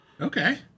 okay